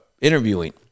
interviewing